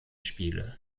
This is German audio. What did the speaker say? spiele